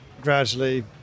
gradually